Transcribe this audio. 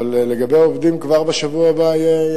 אבל לגבי העובדים כבר בשבוע הבא יהיה,